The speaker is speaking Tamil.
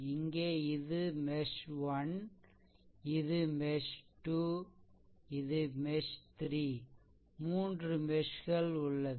இங்கே இது மெஷ்1 இது மெஷ்2 இது மெஷ்3 மூன்று மெஷ்கள் உள்ளது